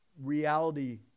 reality